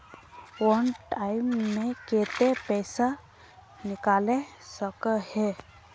वन time मैं केते पैसा निकले सके है?